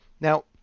Now